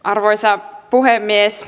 arvoisa puhemies